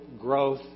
growth